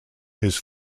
his